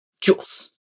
Jules